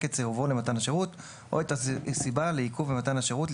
את סירובו למתן השירות או את הסיבה לעיכוב במתן השירות,